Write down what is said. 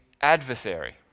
adversary